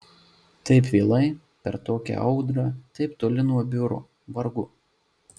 taip vėlai per tokią audrą taip toli nuo biuro vargu